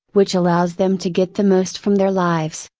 which allows them to get the most from their lives.